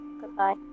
Goodbye